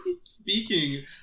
speaking